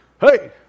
Hey